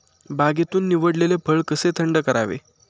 बागेतून निवडलेले फळ कसे थंड करावे?